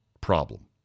problem